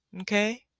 Okay